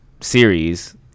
series